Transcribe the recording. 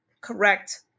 correct